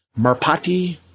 Marpati